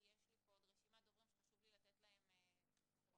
כי יש לי פה רשימת דוברים שחשוב לי לתת להם מקום.